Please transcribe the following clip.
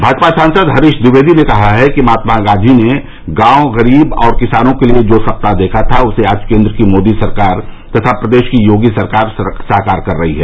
भाजपा सांसद हरीश ट्विवेदी ने कहा है कि महात्मा गांधी ने गांव गरीब और किसानों के लिये जो सपना देखा था उसे आज केन्द्र की मोदी सरकार तथा प्रदेश की योगी सरकार साकार कर रही है